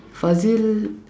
Fazil